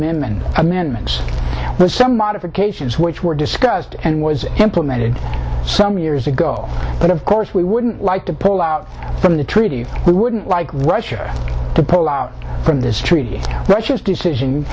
minimum amendments and some modifications which were discussed and was implemented some years ago but of course we wouldn't like to pull out from the treaty we wouldn't like russia to pull out from this treaty russia's decision